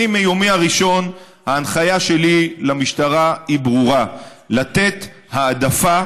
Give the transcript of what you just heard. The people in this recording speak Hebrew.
מיומי הראשון ההנחיה שלי למשטרה היא ברורה: לתת העדפה